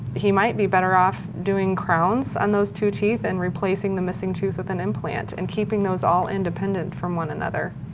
he might be better off doing crowns on those two teeth and replacing the missing tooth with an implant and keeping those all independent from one another.